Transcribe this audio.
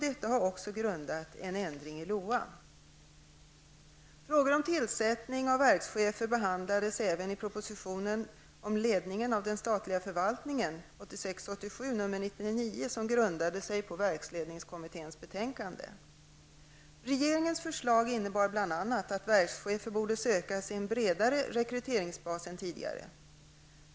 Detta har också grundat en ändring i Frågor om tillsättning av verkschefer behandlades även i propositionen om ledningen av den statliga förvaltningen, 1986/87:99, som grundade sig på verksledningskommitténs betänkande. Regeringens förslag innebar bl.a. att verkschefer borde sökas i en bredare rekryteringsbas än tidigare.